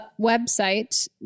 website